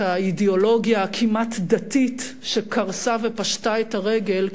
האידיאולוגיה הכמעט-דתית שקרסה ופשטה את הרגל,